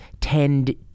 tend